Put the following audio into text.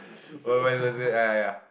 when when was it ya ya ya